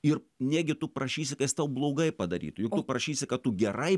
ir negi tu prašysi ka jis tau blogai padaryti juk tu parašysi kad tu gerai